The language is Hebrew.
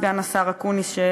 השר אקוניס,